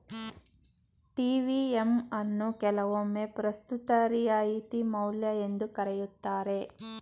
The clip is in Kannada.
ಟಿ.ವಿ.ಎಮ್ ಅನ್ನು ಕೆಲವೊಮ್ಮೆ ಪ್ರಸ್ತುತ ರಿಯಾಯಿತಿ ಮೌಲ್ಯ ಎಂದು ಕರೆಯುತ್ತಾರೆ